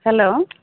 hello